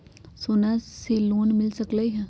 सोना से लोन मिल सकलई ह?